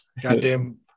Goddamn